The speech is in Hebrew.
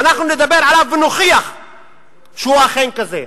ואנחנו נדבר עליו ונוכיח שהוא אכן כזה.